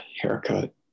haircut